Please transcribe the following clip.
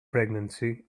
pregnancy